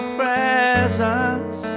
presence